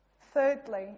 Thirdly